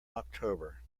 october